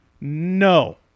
No